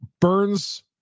Burns